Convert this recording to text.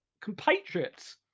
compatriots